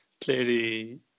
clearly